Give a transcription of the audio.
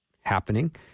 happening